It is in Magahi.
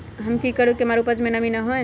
हम की करू की हमार उपज में नमी होए?